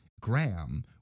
Graham